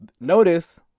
notice